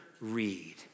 read